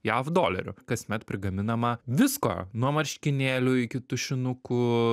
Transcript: jav dolerių kasmet prigaminama visko nuo marškinėlių iki tušinukų